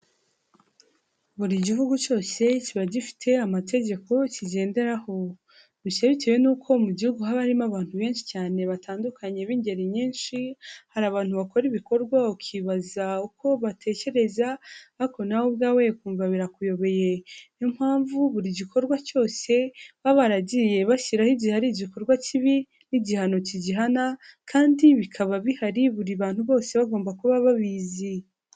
Buri gihugu cyose kiba gifite amategeko kigenderaho gusa bitewe nuko mu gihugu haba harimo abantu benshi cyane batandukanye b'ingeri nyinshi, hari abantu bakora ibikorwa ba ukibaza uko batekereza ariko nawe ubwawe ukumva birakuyoyoboye, niyo mpamvu buri gikorwa cyose baba baragiye bashyiraho igihe ari igikorwa kibi n'igihano kigihana kandi bikaba bihari buri bantu bose bagomba kuba babizi.